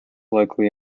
likely